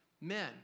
men